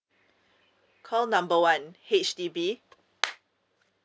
call number one H_D_B